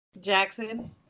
Jackson